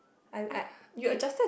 I I it